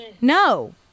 No